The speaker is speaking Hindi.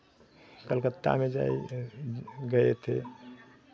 कलकत्ता में जो है गये थे